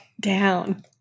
down